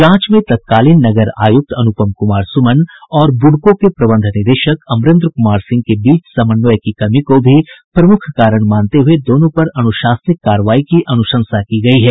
जांच में तत्कालीन नगर आयुक्त अनुपम कुमार सुमन और ब्डको के प्रबंध निदेशक अमरेन्द्र कुमार सिंह के बीच समन्वय की कमी को भी प्रमुख कारण मानते हुये दोनों पर अनुशासनिक कार्रवाई की अनुशंसा की गयी है